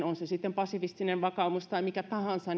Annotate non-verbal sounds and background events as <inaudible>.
<unintelligible> on se sitten pasifistinen vakaumus tai mikä tahansa <unintelligible>